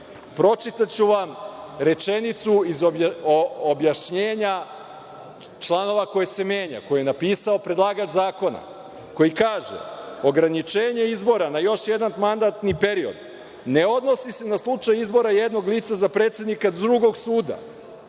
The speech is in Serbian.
pročitaću vam rečenicu iz objašnjenja člana koji se menja, koji je napisao predlagač zakona, koji kaže – ograničenje izbora na još jedan mandatni period ne odnosi se na slučaj izbora jednog lica za predsednika drugog suda.